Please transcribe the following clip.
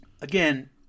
Again